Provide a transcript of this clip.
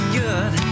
good